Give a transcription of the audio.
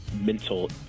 mental